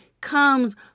comes